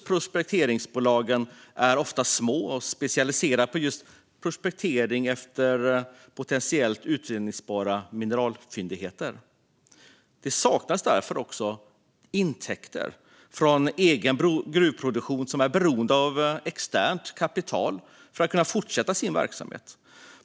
Prospekteringsbolagen är ofta små och specialiserade på just prospektering efter potentiellt utvinnbara mineralfyndigheter. Bolagen saknar därför också intäkter från egen gruvproduktion, och de är beroende av externt kapital för att kunna fortsätta sin verksamhet.